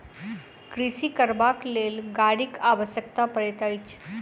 कृषि करबाक लेल गाड़ीक आवश्यकता पड़ैत छै